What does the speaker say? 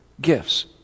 gifts